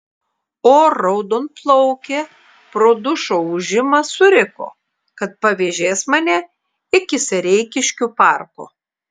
o raudonplaukė pro dušo ūžimą suriko kad pavėžės mane iki sereikiškių parko